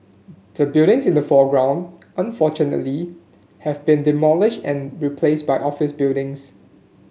the buildings in the foreground unfortunately have been demolished and replaced by office buildings